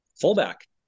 Fullback